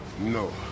no